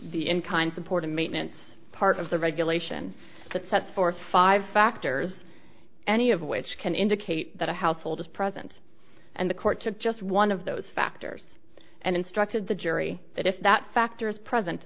the in kind support and maintenance part of the regulation that sets forth five factors any of which can indicate that a household is present and the court took just one of those factors and instructed the jury that if that factors present